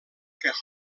que